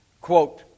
quote